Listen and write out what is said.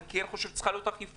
אני כן חושב שצריכה להיות אכיפה,